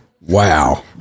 Wow